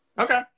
Okay